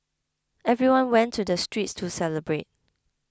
everyone went to the streets to celebrate